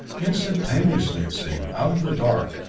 instantaneously, it seemed, out of the dark,